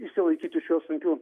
išsilaikyti šiuo sunkiu